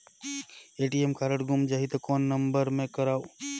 ATM card गुम जाही त कौन नम्बर मे करव?